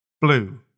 Blue